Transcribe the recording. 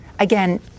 Again